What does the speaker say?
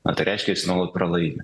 na tai reiškia jis nuolat pralaimi